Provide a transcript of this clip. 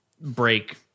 break